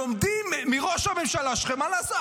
לומדים מראש הממשלה שלכם מה לעשות.